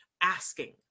asking